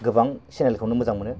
गोबां चेनेलखौनो मोजां मोनो